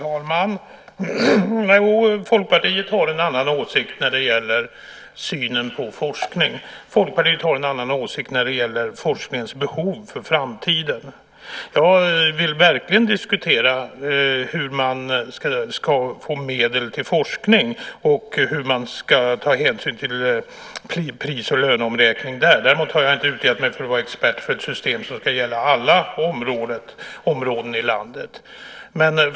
Herr talman! Folkpartiet har en annan åsikt när det gäller synen på forskning. Folkpartiet har en annan åsikt när det gäller forskningsbehov för framtiden. Jag vill verkligen diskutera hur man ska få medel till forskning och hur man ska ta hänsyn till pris och löneomräkning där. Däremot har jag inte utgett mig för att vara expert för ett system som ska gälla alla områden i landet.